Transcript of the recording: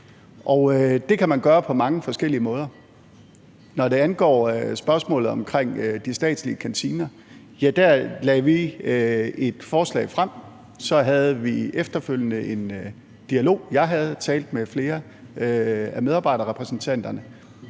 det kan man gøre på mange forskellige måder. Når det angår spørgsmålet om de statslige kantiner, vil jeg sige, at vi der lagde et forslag frem, og så havde vi efterfølgende en dialog; jeg talte med flere af medarbejderrepræsentanterne.